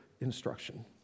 instruction